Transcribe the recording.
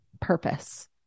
purpose